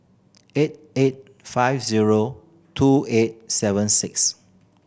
eight eight five zero two eight seven six